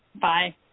Bye